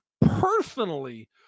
personally